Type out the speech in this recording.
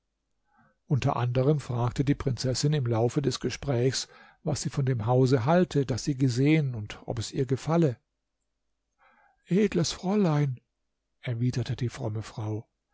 unter anderem fragte die prinzessin im laufe des gesprächs was sie von dem hause halte das sie gesehen und ob es ihr gefalle edles fräulein erwiderte die fromme frau